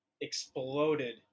exploded